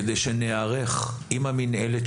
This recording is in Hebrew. כדי שניערך עם המינהלת,